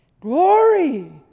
Glory